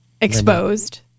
Exposed